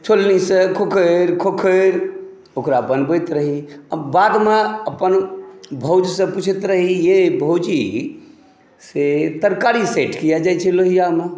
छोल्लींसँ खोखैर खोखैर ओकरा बनबैत रही आओर बादमे अपन भाउज सँ पुछैत रही यै भौजी से तरकारी सटि किएक जाइ छै लोहिआमे